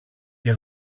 και